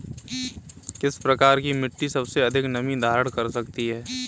किस प्रकार की मिट्टी सबसे अधिक नमी धारण कर सकती है?